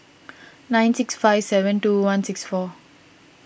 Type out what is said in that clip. nine six five seven two one six four